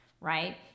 right